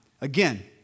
again